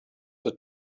had